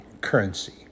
currency